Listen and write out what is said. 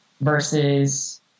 versus